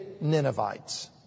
Ninevites